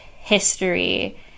history